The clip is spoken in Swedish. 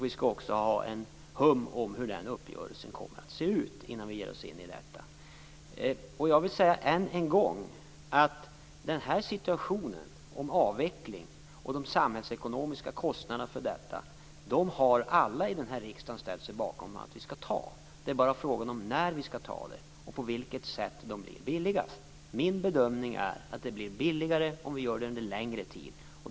Vi skall också ha ett hum om hur den uppgörelsen kommer att se ut innan vi ger oss in i detta. Jag vill än en gång säga att i den här situationen, med en avveckling, har alla här i riksdagen ställt sig bakom att vi skall ta de samhällsekonomiska kostnaderna för detta. Det är bara frågan om när vi skall ta dem och på vilket sätt det blir billigast. Min bedömning är att det blir billigare om vi gör det under en längre tid.